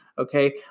Okay